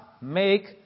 make